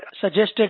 suggested